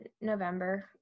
November